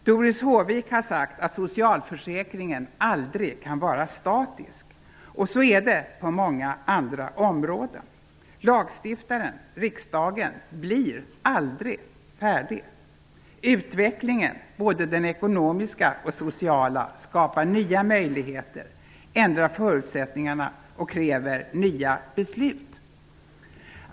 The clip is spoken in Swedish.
Doris Håvik har sagt att socialförsäkringen aldrig kan vara statisk. Och så är det på många andra områden. Lagstiftaren -- riksdagen -- blir aldrig färdig. Utvecklingen, både den ekonomiska och den sociala, skapar nya möjligheter, ändrar förutsättningarna och kräver nya beslut.